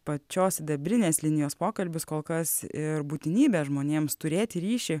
pačios sidabrinės linijos pokalbius kol kas ir būtinybę žmonėms turėti ryšį